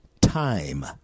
time